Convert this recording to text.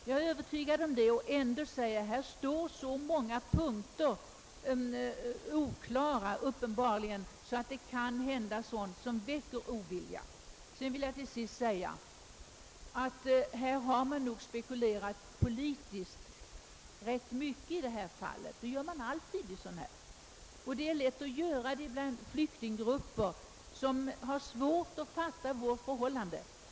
Jag är övertygad om detta men säger mig ändå att det härvidlag finns så många oklara punkter att det kan hända sådant som väcker ovilja. Sedan vill jag säga att man nog i detta fall spekulerat politiskt i rätt hög grad, såsom alltid i sådana här fall. Det är lätt att göra detta bland flyktinggrupper, som har svårt att fatta våra förhållanden.